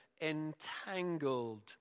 entangled